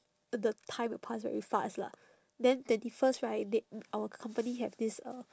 the time will pass very fast lah then twenty first right they our company have this uh